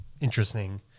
interesting